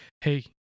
Hey